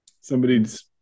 somebody's